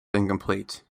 incomplete